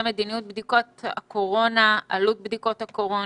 מדיניות בדיקות הקורונה ועלות בדיקות קורונה,